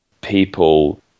People